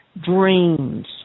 dreams